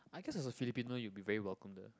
I guess is a Filipino you'll be very welcome there